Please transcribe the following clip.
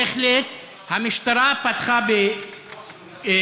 בהחלט, המשטרה פתחה בקמפיין.